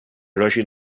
russian